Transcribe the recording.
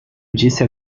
disse